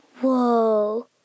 Whoa